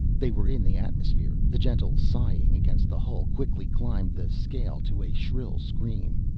they were in the atmosphere, the gentle sighing against the hull quickly climbed the scale to a shrill scream.